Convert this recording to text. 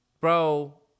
bro